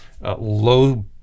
low